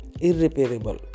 irreparable